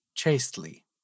Chastely